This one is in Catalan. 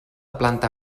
planta